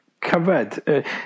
covered